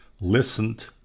listened